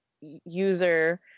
user